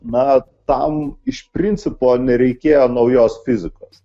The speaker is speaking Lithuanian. na tam iš principo nereikėjo naujos fizikos